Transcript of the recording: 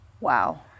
Wow